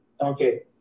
Okay